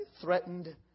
threatened